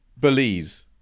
Belize